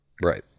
Right